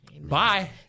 Bye